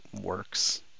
works